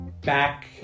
back